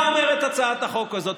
מה אומרת הצעת החוק הזאת?